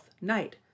night